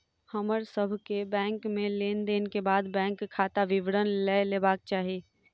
हमर सभ के बैंक में लेन देन के बाद बैंक खाता विवरण लय लेबाक चाही